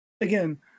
again